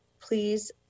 please